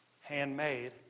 handmade